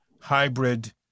hybrid